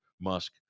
Musk